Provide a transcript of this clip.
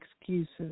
excuses